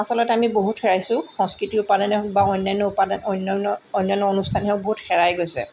আচলতে আমি বহুত হেৰুৱাইছোঁ সংস্কৃতিৰ উপাদানে বা অন্যান্য উপাদান অন্যান্য অন্যান্য অনুষ্ঠানে হওক বহুত হেৰাই গৈছে